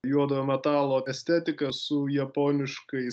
juodojo metalo estetika su japoniškais